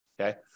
Okay